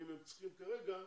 אם הם צריכים כרגע,